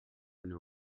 renew